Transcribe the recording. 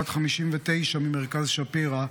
בת 59 ממרכז שפירא,